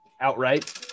outright